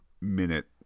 minute